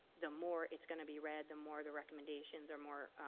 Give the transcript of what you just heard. the more it's going to be read, the more the recommendations or more,